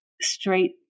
straight